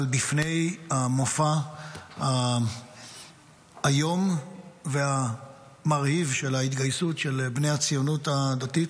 אבל בפני המופע האיום והמרהיב של ההתגייסות של בני הציונות הדתית,